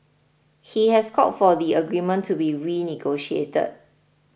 he has called for the agreement to be renegotiated